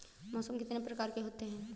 मौसम कितनी प्रकार के होते हैं?